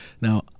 Now